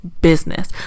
business